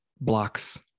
blocks